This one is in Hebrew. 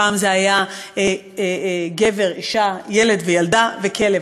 פעם זה היה גבר, אישה, ילד וילדה וכלב.